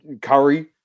Curry